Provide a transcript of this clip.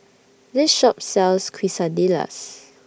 This Shop sells Quesadillas